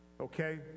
Okay